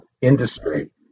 industry